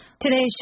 Today's